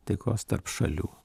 taikos tarp šalių